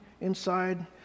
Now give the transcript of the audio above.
inside